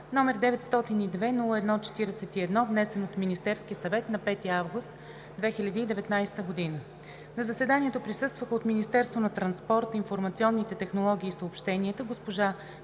№ 902-01-41, внесен от Министерския съвет на 5 август 2019 г. На заседанието присъстваха: от Министерството на транспорта, информационните технологии и съобщенията – госпожа